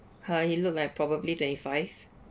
h~ uh he look like probably twenty five